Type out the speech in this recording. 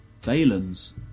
Valens